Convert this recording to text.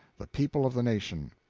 the people of the nation.